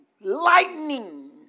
lightning